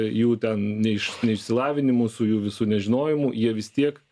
jų ten neiš neišsilavinimu su jų visu nežinojimu jie vis tiek